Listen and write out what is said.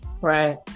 Right